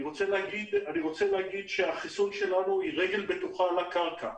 אני רוצה להגיד שהחיסון שלנו הוא רגל בטוחה על הקרקע.